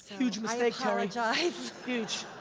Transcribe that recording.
huge mistake, terry! huge!